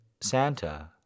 Santa